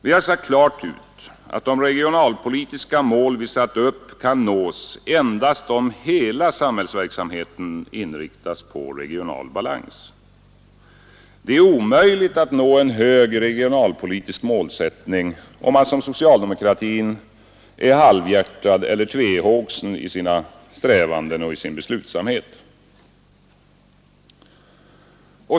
Vi har sagt klart ut att de regionalpolitiska mål vi satt upp kan nås endast om hela samhällsverksamheten inriktas på regional balans. Det är omöjligt att nå en hög regionalpolitisk målsättning om man som socialdemokratin är halvhjärtad eller tvehågsen i sin strävan och beslutsamhet.